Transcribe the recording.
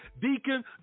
deacon